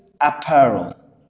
apparel